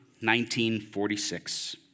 1946